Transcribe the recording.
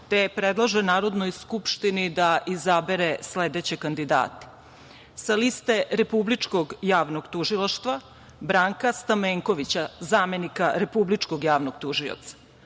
te predlaže Narodnoj skupštini da izabere sledeće kandidate. Sa liste Republičkog javnog tužilaštva Branka Stamenkovića, zamenika republičkog javnog tužioca.